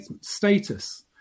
status